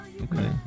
okay